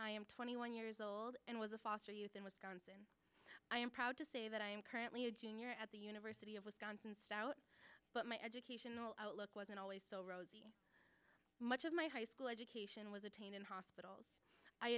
i am twenty one years old and was a foster youth in wisconsin i am proud to say that i am currently a junior at the university of wisconsin stout but my educational outlook wasn't always so rosy much of my high school education was attained in hospitals i